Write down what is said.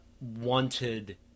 wanted –